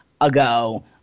ago